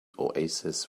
oasis